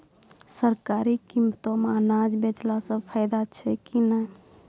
सरकारी कीमतों मे अनाज बेचला से फायदा छै कि नैय?